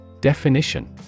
Definition